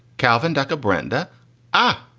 calvin dukkha. brenda ah